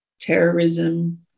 terrorism